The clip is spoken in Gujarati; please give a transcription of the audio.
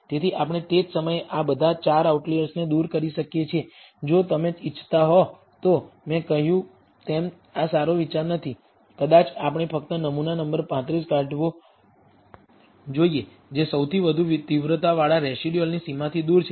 તેથી આપણે તે જ સમયે આ બધા 4 આઉટલિઅર્સને દૂર કરી શકીએ છીએ જો તમે ઇચ્છતા હોવ તોમેં કહ્યું તેમ આ સારો વિચાર નથી કદાચ આપણે ફક્ત નમૂના નંબર 35 કાઢી નાખવો જોઈએ જે સૌથી વધુ તીવ્રતાવાળા રેસિડયુઅલની સીમાથી દૂર છે